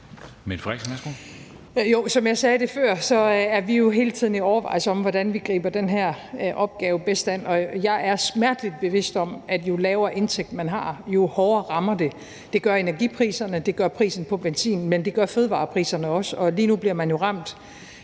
som jeg sagde før, er vi jo hele tiden i overvejelser om, hvordan vi griber den her opgave bedst an, og jeg er smerteligt bevidst om, at jo lavere indtægt man har, jo hårdere rammer det. Det gælder energipriserne, det gælder prisen på benzin, og det gælder også fødevarepriserne, og lige nu bliver man jo ramt